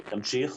תמשיך.